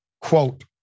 quote